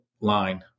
line